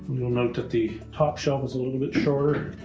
you'll note that the top shelf is a little bit shorter.